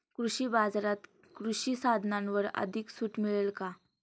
कृषी बाजारात कृषी साधनांवर अधिक सूट मिळेल का?